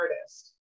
artist